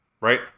Right